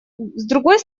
другой